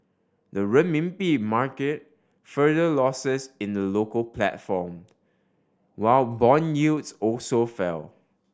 the Renminbi market further losses in the local platform while bond yields also fell